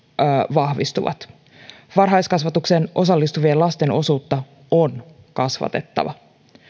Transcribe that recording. vahvistuvat varhaiskasvatukseen osallistuvien lasten osuutta on kasvatettava